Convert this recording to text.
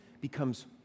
becomes